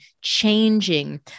changing